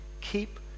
keep